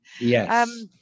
Yes